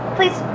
Please